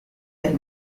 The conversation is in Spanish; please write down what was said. del